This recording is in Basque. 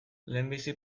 lehenbizi